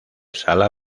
sala